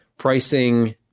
Pricing